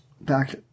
Back